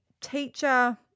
teacher